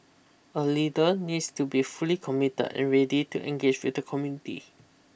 a leader needs to be fully committed and ready to engage with the community